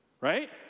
right